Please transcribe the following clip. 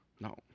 No